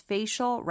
Facial